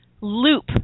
loop